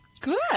Good